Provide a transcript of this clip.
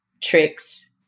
tricks